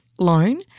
loan